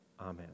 Amen